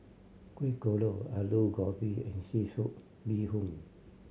Kueh Kodok Aloo Gobi and seafood bee hoon